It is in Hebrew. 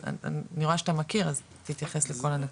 אז אני רואה שאתה מכיר אז תתייחס לכל הנקודות.